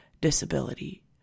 disability